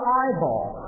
eyeball